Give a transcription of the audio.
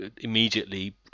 immediately